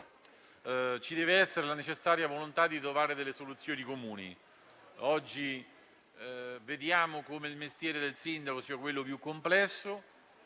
deve esserci la necessaria volontà di trovare soluzioni comuni. Oggi vediamo come il mestiere del sindaco sia quello più complesso.